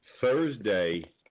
Thursday